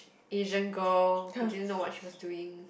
Asian girl who didn't know what she was doing